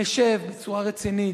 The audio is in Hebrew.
נשב בצורה רצינית,